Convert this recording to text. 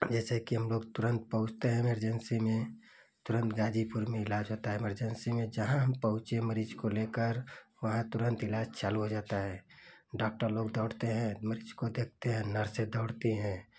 जैसे कि हमलोग तुरन्त पहुँचते हैं इमरजेन्सी में तुरन्त गाज़ीपुर में इलाज़ होता है इमरजेन्सी में जहाँ हम पहुँचे मरीज़ को लेकर वहाँ तुरन्त इलाज़ शुरू हो जाता है डॉक्टर लोग दौड़ते हैं मरीज़ को देखते हैं नर्सें दौड़ती हैं